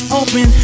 open